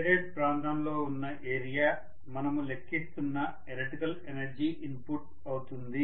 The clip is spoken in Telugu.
షేడెడ్ ప్రాంతంలో ఉన్న ఏరియా మనము లెక్కిస్తున్న ఎలక్ట్రికల్ ఎనర్జీ ఇన్పుట్ అవుతుంది